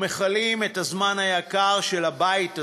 ומכלים את הזמן היקר של הבית הזה,